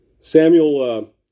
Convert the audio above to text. Samuel